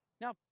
Now